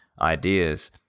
ideas